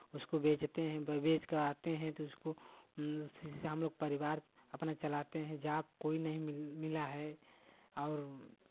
उसको बेचते हैं ब बेच कर आते हैं तो उसको उसी से हमलोग परिवार अपना चलाते हैं जा कोई नहीं मिला है और